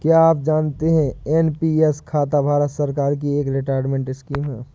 क्या आप जानते है एन.पी.एस खाता भारत सरकार की एक रिटायरमेंट स्कीम है?